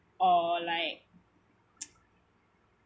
or like